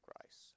Christ